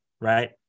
Right